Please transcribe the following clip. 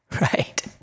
Right